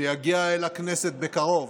שיגיע אל הכנסת בקרוב,